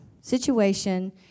situation